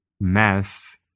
mess